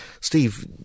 Steve